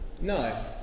No